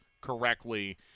correctly